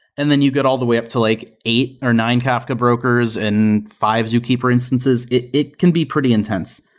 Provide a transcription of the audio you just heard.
and then you get all the way up to like eight or nine kafka brokers and five zookeeper instances. it it can be pretty intense.